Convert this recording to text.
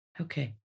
okay